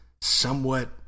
somewhat